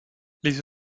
les